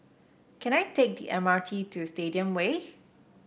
can I take the M R T to Stadium Way